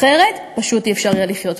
אחרת פשוט לא יהיה אפשר לחיות פה.